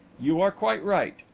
you are quite right.